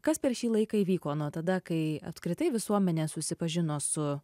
kas per šį laiką įvyko nuo tada kai apskritai visuomenė susipažino su